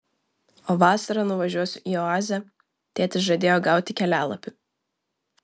o vasarą nuvažiuosiu į oazę tėtis žadėjo gauti kelialapį